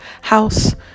house